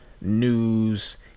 news